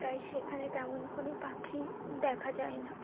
তাই সেখানে তেমন কোনো পাখি দেখা যায় না